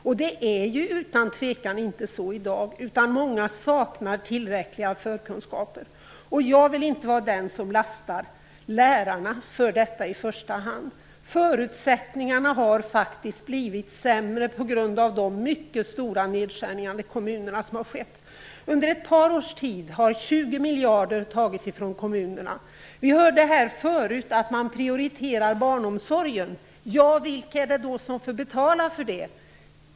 Utan tvekan har de inte det i dag, utan många saknar tillräckliga förkunskaper. Jag vill inte vara den som i första hand lastar lärarna för detta. Förutsättningarna har faktiskt blivit sämre på grund av de mycket stora nedskärningar som har skett i kommunerna. Under ett par års tid har 20 miljarder kronor tagits från kommunerna. Vi hörde här förut att barnomsorgen prioriteras. Vilka är det då som får betala för det?